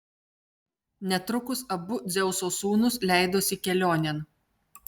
netrukus abu dzeuso sūnūs leidosi kelionėn